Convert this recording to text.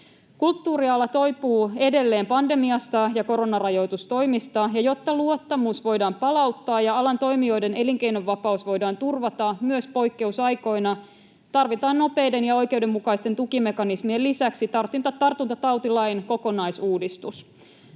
Kulttuuriala toipuu edelleen pandemiasta ja koronarajoitustoimista, ja jotta luottamus voidaan palauttaa ja alan toimijoiden elinkeinonvapaus voidaan turvata myös poikkeusaikoina, tarvitaan nopeiden ja oikeudenmukaisten tukimekanismien lisäksi tartuntatautilain kokonaisuudistus.